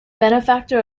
benefactor